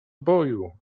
boju